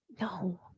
No